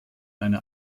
eine